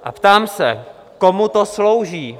A ptám se, komu to slouží?